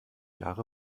jahre